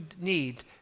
need